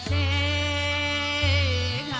a